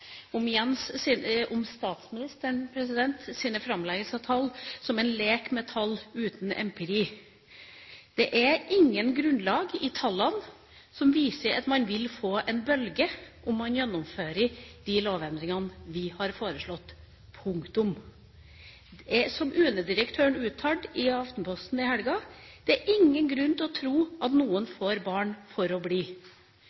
om statsministerens framleggelse av tall at han «leker med tall uten empiri». Det er ikke noe grunnlag i tallene for at man vil få en bølge om man gjennomfører de lovendringene vi har foreslått. Som UNE-direktøren uttalte i Aftenposten i helga: Det er ingen grunn til å tro at noen